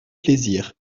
plaisirs